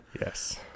Yes